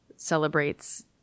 celebrates